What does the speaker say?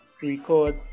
Record